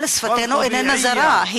אבל שפתנו איננה זרה.